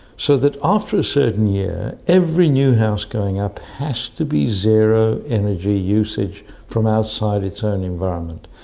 so that after a certain year, every new house going up has to be zero energy usage from outside its own environment.